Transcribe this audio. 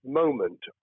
moment